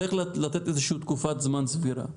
צריך לתת איזושהי תקופת זמן סבירה.